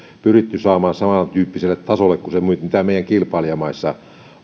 pyritty saamaan samantyyppiselle tasolle kuin meidän kilpailijamaissamme